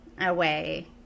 away